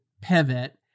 pivot